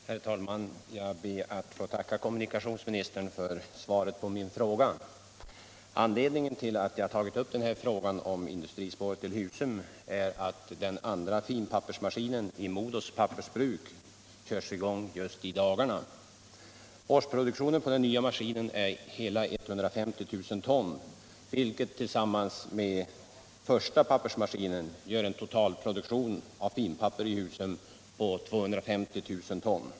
Herr talman! Jag ber att få tacka kommunikationsministern för svaret. Anledningen till att jag har tagit upp denna fråga om ett industrispår till Husum är att den andra finpappersmaskinen i MoDos pappersbruk körs i gång just i dagarna. Årsproduktionen på den nya maskinen är hela 150 000 ton, vilket tillsammans med den första pappersmaskinens produktion gör en total produktion av finpapper i Husum på 250 000 ton.